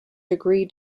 degree